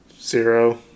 zero